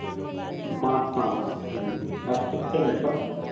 पाँच शाम आप कितने बजे तक